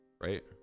Right